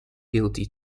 guilty